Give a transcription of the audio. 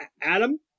Adam